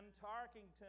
Tarkington